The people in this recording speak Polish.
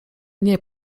nie